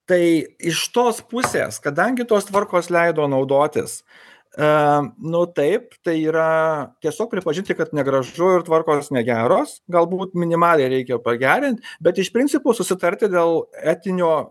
tai iš tos pusės kadangi tos tvarkos leido naudotis a nu taip tai yra tiesiog pripažinti kad negražu ir tvarkos negeros galbūt minimaliai reikia pagerint bet iš principo susitarti dėl etinio